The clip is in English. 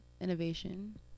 innovation